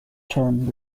term